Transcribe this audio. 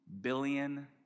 billion